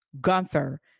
Gunther